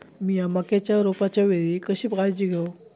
मीया मक्याच्या रोपाच्या वेळी कशी काळजी घेव?